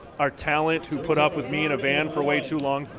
our talent who put up with me in a van for way too long